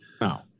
No